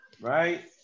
right